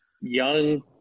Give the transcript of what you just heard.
young